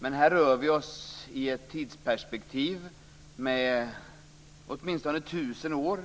Men här rör vi oss i ett tidsperspektiv med åtminstone 1 000 år,